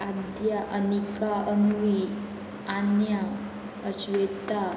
Adya Anika Anvi Aanya Ashweta